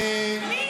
מי?